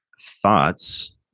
thoughts